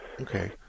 Okay